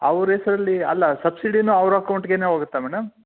ಅವ್ರ ಹೆಸ್ರಲ್ಲಿ ಅಲ್ಲ ಸಬ್ಸಿಡಿಯೂ ಅವ್ರ ಅಕೌಂಟ್ಗೆಯೇ ಹೋಗುತ್ತಾ ಮೇಡಮ್